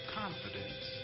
confidence